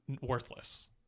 worthless